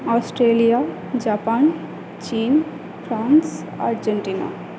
Australia Japan চীন France Argentina